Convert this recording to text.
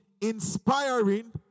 inspiring